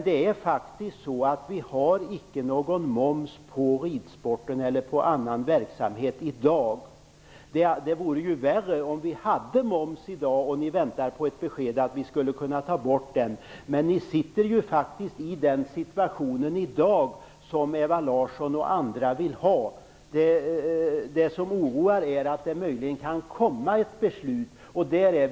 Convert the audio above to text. Det är faktiskt så att vi inte har någon moms på ridsporten i dag. Det vore värre om vi hade moms och man väntade på ett besked om att den skulle tas bort. Men vi har den situation i dag som Ewa Larsson och andra vill ha. Det som är oroande är att det möjligen kan fattas ett beslut om momsbeläggning.